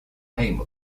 name